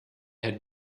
had